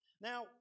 Now